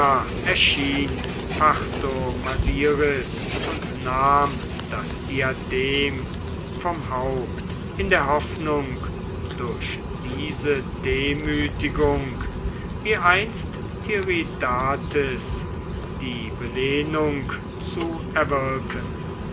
und nahm das diadem vom haupte in der hoffnung durch diese demütigung wie einst tiridates die belehnung zu erwirken